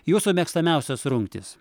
jūsų mėgstamiausios rungtys